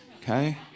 okay